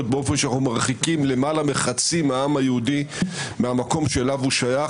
באופן שאנחנו מרחיקים למעלה מחצי מהעם היהודי מהמקום שאליו הוא שייך,